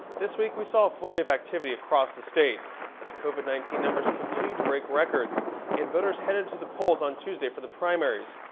this week, we saw a flurry of activity across the state as covid nineteen numbers continue to break records and voters headed to the polls on tuesday for the primaries.